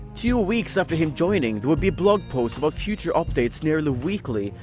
two weeks after him joining there would be blog posts about future updates nearly weekly,